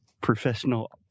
professional